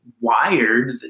wired